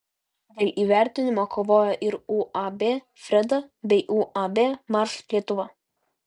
dėl įvertinimo kovojo ir uab freda bei uab mars lietuva